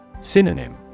Synonym